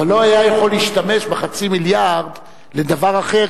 אבל הוא היה יכול להשתמש בחצי המיליארד לדבר אחד,